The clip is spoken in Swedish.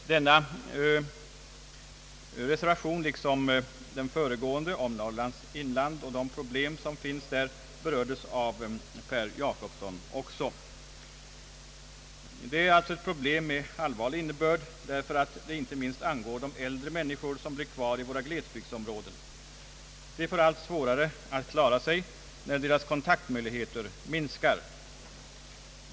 Ifrågavarande reservation, liksom den föregående om Norrlands inland och dess problem, har tidigare berörts av Per Jacobsson. Det är ett problem med allvarlig innebörd, därför att det inte minst angår de äldre människor som blir kvar i våra glesbygdsområden. De får allt svårare att klara sig när deras kontaktmöjligheter minskar.